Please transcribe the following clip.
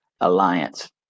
Alliance